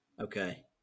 Okay